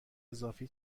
اضافه